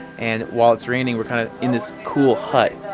and while it's raining we're kind of in this cool hut.